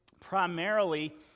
primarily